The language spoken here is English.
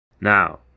Now